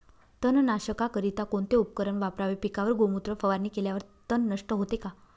तणनाशकाकरिता कोणते उपकरण वापरावे? पिकावर गोमूत्र फवारणी केल्यावर तण नष्ट होते का?